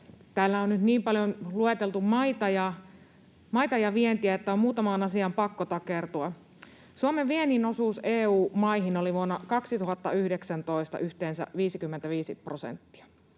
Täällä on nyt niin paljon lueteltu maita ja vientiä, että muutamaan asiaan on pakko takertua. Suomen viennin osuus EU-maihin oli vuonna 2019 yhteensä 55 prosenttia.